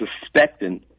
suspecting